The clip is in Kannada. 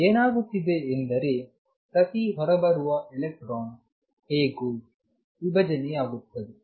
ಏನಾಗುತ್ತಿದೆ ಎಂದರೆ ಪ್ರತಿ ಹೊರಬರುವ ಎಲೆಕ್ಟ್ರಾನ್ ಹೇಗೋ ವಿಭಜನೆಯಾಗುತ್ತದೆ